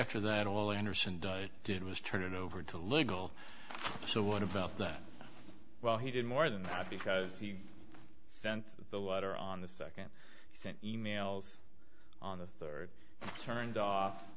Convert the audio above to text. after that all anderson did was turn it over to legal so what about that well he did more than that because he sent the letter on the second he sent emails on the third turned off